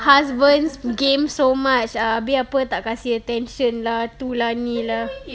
husbands game so much ah biar [pe] tak kasi attention lah tu lah ni lah